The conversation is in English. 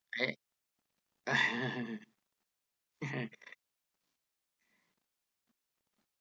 eh